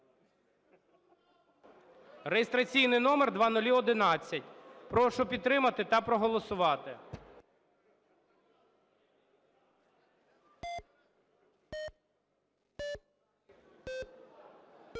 (реєстраційний номер 0011). Прошу підтримати та проголосувати.